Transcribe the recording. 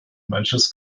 manches